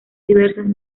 diversos